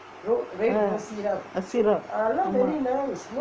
ah syrup